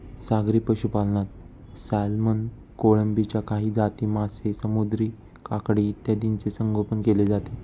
सागरी पशुपालनात सॅल्मन, कोळंबीच्या काही जाती, मासे, समुद्री काकडी इत्यादींचे संगोपन केले जाते